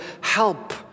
help